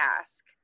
ask